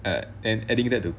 uh and adding that to